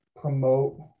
promote